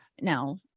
Now